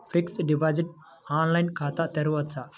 Fixed deposit online ఖాతా తెరువవచ్చా?